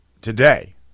today